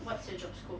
what's your job scope